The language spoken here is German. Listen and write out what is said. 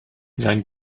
sein